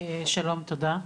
שלום, תודה.